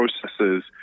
processes